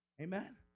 Amen